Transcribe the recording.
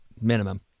Minimum